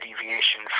deviation